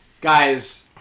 Guys